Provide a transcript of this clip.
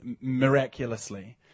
miraculously